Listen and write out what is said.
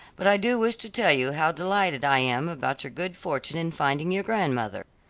but i do wish to tell you how delighted i am about your good fortune in finding your grandmother.